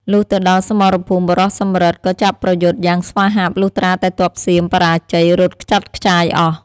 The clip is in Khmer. លុះទៅដល់សមរភូមិ បុរសសំរិទ្ធ ក៏ចាប់ប្រយុទ្ធយ៉ាងស្វាហាប់ លុះត្រាតែទ័ពសៀមបរាជ័យរត់ខ្ចាត់ខ្ចាយអស់ ។